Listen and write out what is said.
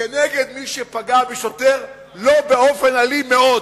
כנגד מי שפגע בשוטר לא באופן אלים מאוד,